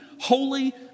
holy